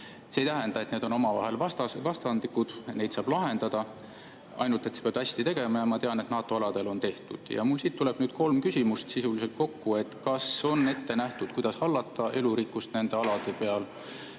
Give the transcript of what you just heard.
See ei tähenda, et need on omavahel vastandlikud, neid saab lahendada, ainult et siis peab seda hästi tegema ja ma tean, et NATO aladel on tehtud. Mul siit tuleb nüüd kolm küsimust sisuliselt kokku. Kas on ette nähtud, kuidas hallata elurikkust nende alade peal?